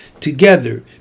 together